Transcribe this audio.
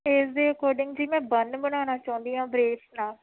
age ਦੇ according ਜੀ ਮੈਂ ਬੰਨ ਬਣਾਉਣਾ ਚਾਹੁੰਦੀ ਹਾਂ ਬਰੇਸ ਨਾਲ